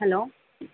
hello